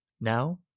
Now